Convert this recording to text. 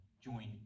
join